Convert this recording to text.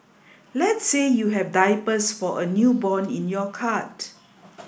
let's say you have diapers for a newborn in your cart